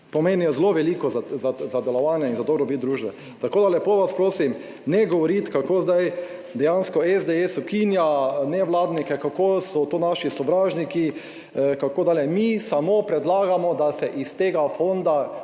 pomenijo zelo veliko za delovanje in za dobrobit družbe. Tako, da lepo vas prosim, ne govoriti, kako zdaj dejansko SDS ukinja nevladnike, kako so to naši sovražniki, kako dalje. Mi samo predlagamo, da se iz tega fonda,